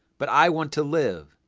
but i want to live,